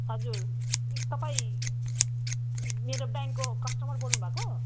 हजुर तपाईँ मेरो ब्याङ्कको कस्टमर बोल्नु भएको